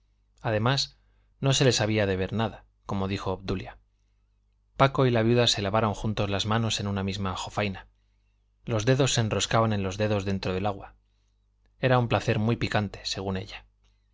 además no se les había de ver nada como dijo obdulia paco y la viuda se lavaron juntos las manos en una misma jofaina los dedos se enroscaban en los dedos dentro del agua era un placer muy picante según ella